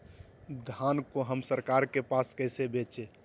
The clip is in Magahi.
धान को हम सरकार के पास कैसे बेंचे?